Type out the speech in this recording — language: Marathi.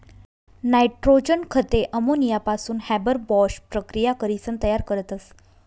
नायट्रोजन खते अमोनियापासून हॅबर बाॅश प्रकिया करीसन तयार करतस